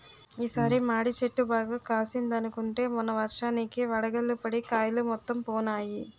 ఈ సారి మాడి చెట్టు బాగా కాసిందనుకుంటే మొన్న వర్షానికి వడగళ్ళు పడి కాయలు మొత్తం పోనాయి